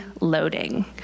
loading